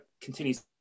continues